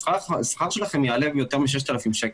השכר שלכם יעלה ביותר מ-6,000 שקל.